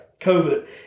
COVID